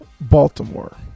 Baltimore